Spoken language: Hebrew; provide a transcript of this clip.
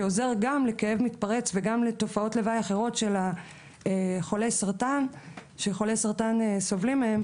שעוזר גם לכאב מתפרץ וגם לתופעות לוואי אחרות שחולי סרטן סובלים מהן,